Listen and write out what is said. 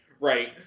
right